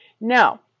Now